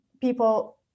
people